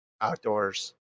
outdoors